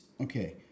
Okay